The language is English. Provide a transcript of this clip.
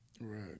Right